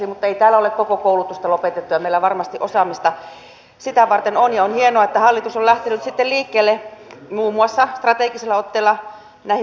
mutta ei täällä ole koko koulutusta lopetettu ja meillä varmasti osaamista sitä varten on ja on hienoa että hallitus on lähtenyt sitten liikkeelle muun muassa strategisella otteella näihin muihinkin biotalouden väreihin